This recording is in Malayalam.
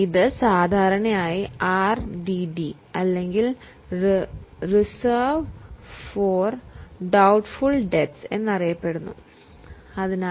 ഇതിനെ സാധാരണയായി റിസർവ് ഫോർ ഡൌറ്റ്ഫുൾ ഡെബ്റ്റ് RDD എന്ന് വിളിക്കുന്നു അല്ലെങ്കിൽ സംശയാസ്പദമായ കടങ്ങൾക്കായി കരുതിവയ്ക്കുക